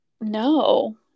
No